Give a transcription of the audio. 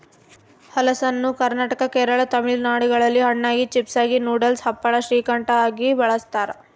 ಹಲಸನ್ನು ಕರ್ನಾಟಕ ಕೇರಳ ತಮಿಳುನಾಡುಗಳಲ್ಲಿ ಹಣ್ಣಾಗಿ, ಚಿಪ್ಸಾಗಿ, ನೂಡಲ್ಸ್, ಹಪ್ಪಳ, ಶ್ರೀಕಂಠ ಆಗಿ ಬಳಸ್ತಾರ